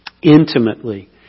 Intimately